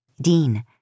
Dean